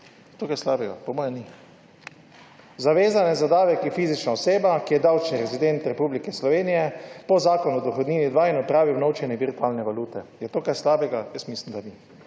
Je to kaj slabega? Po mojem ni. Zavezanec za davek je fizična oseba, ki je davčni rezident Republike Slovenije po Zakonu o dohodnini 2 in opravi unovčenje virtualne valute. Je to kaj slabega? Jaz mislim, da ni.